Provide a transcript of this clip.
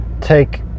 take